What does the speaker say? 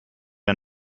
der